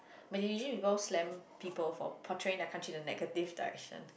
but did you ever slam people for portraying the country in negative direction